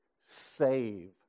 save